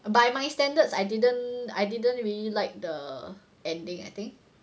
by my standards I didn't I didn't really like the ending